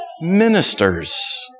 ministers